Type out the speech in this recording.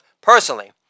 Personally